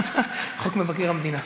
חוק מבקר המדינה.